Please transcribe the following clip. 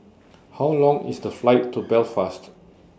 How Long IS The Flight to Belfast